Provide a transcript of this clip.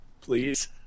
Please